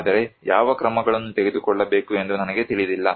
ಆದರೆ ಯಾವ ಕ್ರಮಗಳನ್ನು ತೆಗೆದುಕೊಳ್ಳಬೇಕು ಎಂದು ನನಗೆ ತಿಳಿದಿಲ್ಲ